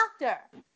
doctor